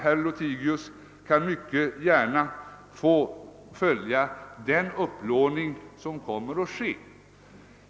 Herr Lothigius kan gärna få följa den upplåning som kommer att ske.